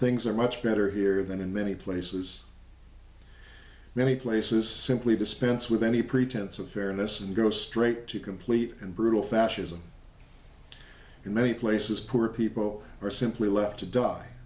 things are much better here than in many places many places simply dispense with any pretense of fairness and go straight to complete and brutal fascism in many places poor people are simply left to die